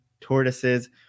tortoises